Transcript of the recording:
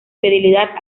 fidelidad